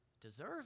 deserve